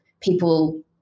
people